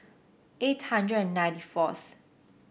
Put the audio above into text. eight hundred and ninety fourth